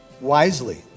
wisely